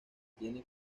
tiene